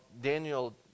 Daniel